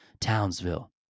Townsville